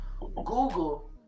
Google